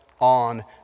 on